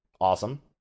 Awesome